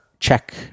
Check